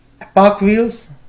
Parkwheels